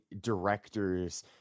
directors